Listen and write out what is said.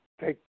take